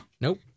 Nope